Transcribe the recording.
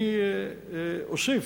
אני אוסיף.